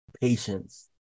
Patience